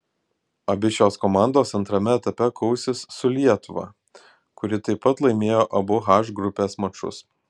abi šios komandos antrame etape kausis su lietuva kuri taip pat laimėjo abu h grupės mačus